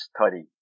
study